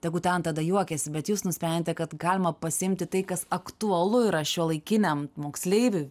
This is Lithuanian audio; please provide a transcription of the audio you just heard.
tegu ten tada juokiasi bet jūs nusprendėte kad galima pasiimti tai kas aktualu yra šiuolaikiniam moksleiviui